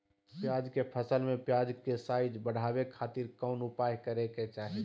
प्याज के फसल में प्याज के साइज बढ़ावे खातिर कौन उपाय करे के चाही?